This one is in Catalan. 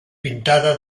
pintada